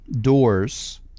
doors